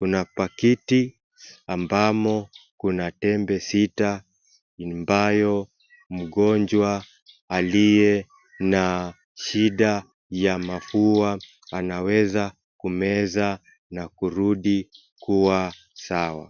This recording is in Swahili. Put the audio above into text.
Kuna pakiti ambamo kuna tebe sita imbayo mgonjwa aliye na shinda ya mafua anaweza kumeza na kurudi kuwa sawa.